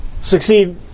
succeed